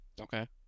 okay